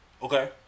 Okay